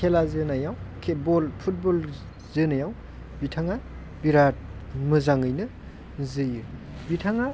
खेला जोनायाव फुटबल जोनायाव बिथाङा बिरात मोजाङैनो जोयो बिथाङा